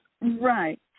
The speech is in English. Right